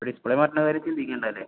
display മാറ്റണ കാര്യം ചിന്തിക്കണ്ട അല്ലേ